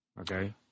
okay